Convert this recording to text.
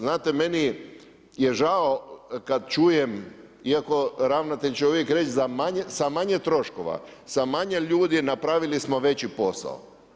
Znate meni je žao kad čujem iako ravnatelj će uvijek reći sa manje troškova, sa manje ljudi napravili smo veći posao.